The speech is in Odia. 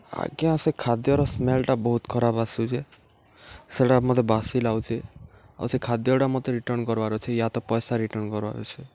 ଆଜ୍ଞା ସେ ଖାଦ୍ୟର ସ୍ମେଲ୍ଟା ବହୁତ୍ ଖରାପ୍ ଆସୁଚେ ସେଟା ମତେ ବାସି ଲାଗୁଚେ ଆଉ ସେ ଖାଦ୍ୟଟା ମତେ ରିଟର୍ଣ୍ଣ୍ କର୍ବାର୍ ଅଛେ ୟା ତ ପଏସା ରିଟର୍ଣ୍ଣ୍ କର୍ବାର୍ ଅଛେ